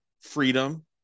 freedom